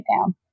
down